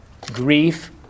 grief